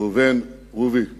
ראובן רובי ריבלין,